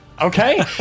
Okay